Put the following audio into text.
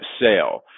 sale